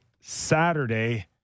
Saturday